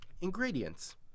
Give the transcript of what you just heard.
Ingredients